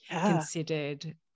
considered